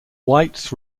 whites